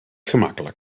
gemakkelijk